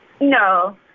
No